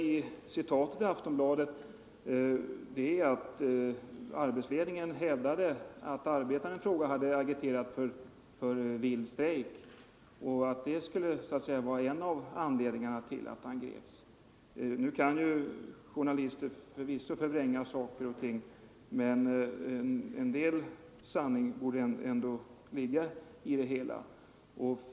I artikeln i Aftonbladet sades också, att arbetsledningen hävdade att arbetaren i fråga hade agiterat för vild strejk och att det skulle ha varit en av anledningarna till att han greps. Nu kan journalister förvisso för 19 vränga saker och ting, men någon sanning torde det väl ändå ligga i detta.